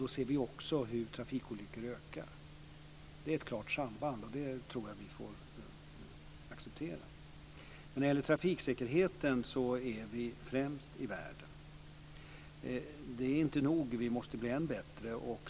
Då ser vi också hur antalet trafikolyckor ökar. Det är ett klart samband. Det tror jag att vi får acceptera. Men när det gäller trafiksäkerheten är vi främst i världen. Det är inte nog. Vi måste bli än bättre.